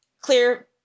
clear